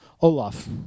Olaf